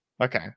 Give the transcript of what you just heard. Okay